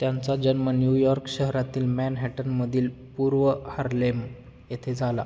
त्यांचा जन्म ण्यूयॉर्क शहरातील मॅनहॅटनमधील पूर्व हार्लेम येथे झाला